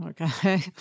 Okay